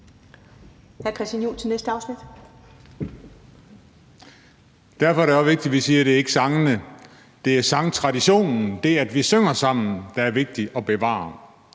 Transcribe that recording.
Derfor er det også vigtigt, at vi siger, at det ikke er sangene, men at det er sangtraditionen, det, at vi synger sammen, som det er vigtigt at bevare.